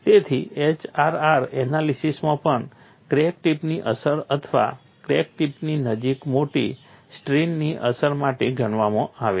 તેથી HRR એનાલિસીસમાં પણ ક્રેક ટિપની અસર અથવા ક્રેક ટિપની નજીક મોટી સ્ટ્રેઇનની અસર માટે ગણવામાં આવે છે